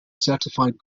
certified